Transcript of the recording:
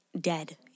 dead